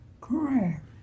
Correct